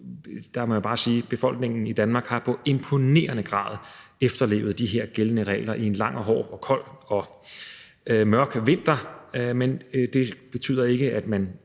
Der må jeg bare sige, at befolkningen i Danmark i imponerende grad har efterlevet de her gældende regler i en lang og hård og kold og mørk vinter, men det betyder ikke, at man